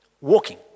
walking